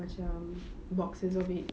macam boxes of it